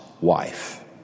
wife